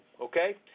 okay